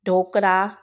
dhokla